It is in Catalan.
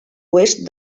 oest